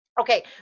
okay